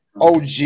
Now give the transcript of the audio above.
OG